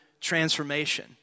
transformation